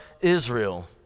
Israel